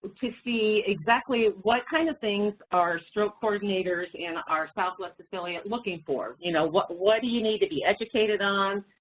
to see exactly what kind of things are stroke coordinators in our southwest affiliate looking for? you know, what what do you need to be educated on,